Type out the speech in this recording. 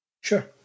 sure